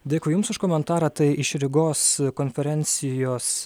dėkui jums už komentarą tai iš rygos konferencijos